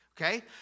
okay